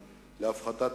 האזרחים,